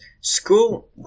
school